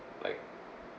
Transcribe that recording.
like